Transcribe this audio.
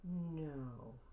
No